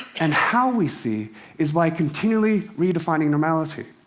and how we see is by continually redefining normality.